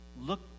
Look